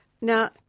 Now